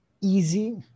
easy